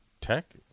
Tech